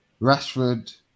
Rashford